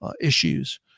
issues